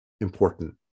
important